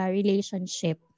relationship